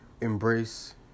Embrace